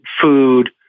food